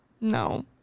no